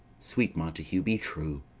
sweet montague, be true.